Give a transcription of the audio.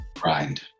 grind